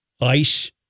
Ice